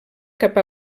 cap